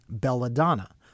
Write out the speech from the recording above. Belladonna